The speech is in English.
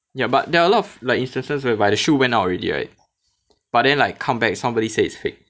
ya but there are a lot of like instances whereby the shoe went out already right but then like come back somebody say it's fake